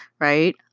right